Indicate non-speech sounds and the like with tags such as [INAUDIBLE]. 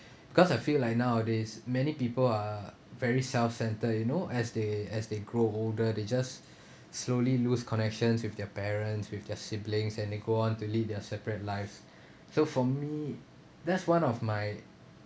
because I feel like nowadays many people are very self-centered you know as they as they grow older they just [BREATH] slowly lose connections with their parents with their siblings and they go on to lead their separate lives so for me that's one of my